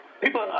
people